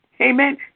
Amen